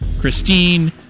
Christine